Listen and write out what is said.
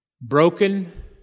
Broken